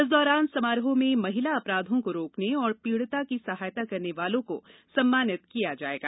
इस दौरान समारोह में महिला अपराधों को रोकने और पीड़िता की सहायता करने वालों को सम्मानित किया जाएगा